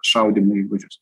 šaudymo įgūdžius